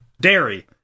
Dairy